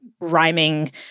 rhyming